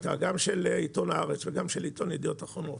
גם של עיתון הארץ וגם של ידיעות אחרונות